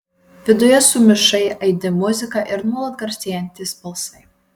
viduje sumišai aidi muzika ir nuolat garsėjantys balsai